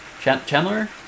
Chandler